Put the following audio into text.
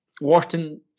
Wharton